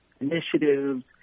initiatives